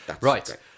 Right